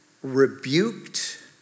rebuked